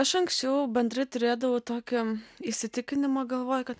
aš anksčiau bendrai turėdavau tokį įsitikinimą galvoj kad